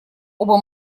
оба